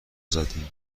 زدی